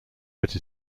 but